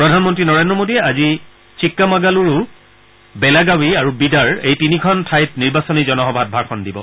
প্ৰধানমন্তী নৰেন্দ্ৰ মোডীয়ে আজি চিক্কামাগালুৰু বেলাগাৱী আৰু বিদাৰ এই তিনিখন ঠাইত নিৰ্বাচনী সভাত ভাষণ দিব